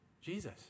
Jesus